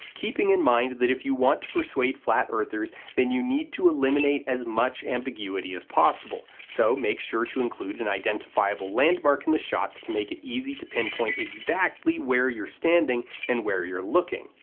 keeping in mind that if you want to persuade flat earthers then you need to eliminate as much ambiguity as possible, so make sure to include an identifiable landmark in the shots to make it easy to pinpoint exactly where you're standing and where you're looking.